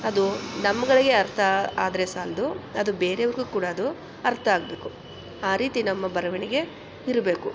ಅದು ನಮ್ಗಳಿಗೆ ಅರ್ಥ ಆದರೆ ಸಾಲದು ಅದು ಬೇರೆಯವ್ರಿಗೂ ಕೂಡ ಅದು ಅರ್ಥ ಆಗಬೇಕು ಆ ರೀತಿ ನಮ್ಮ ಬರವಣಿಗೆ ಇರಬೇಕು